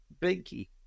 Binky